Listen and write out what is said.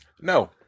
No